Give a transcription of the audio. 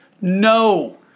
no